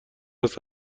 است